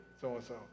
so-and-so